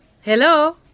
Hello